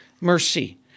mercy